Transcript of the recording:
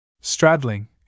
Straddling